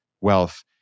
wealth